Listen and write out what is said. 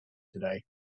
today